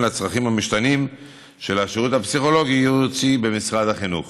לצרכים המשתנים של השירות הפסיכולוגי-ייעוצי במשרד החינוך.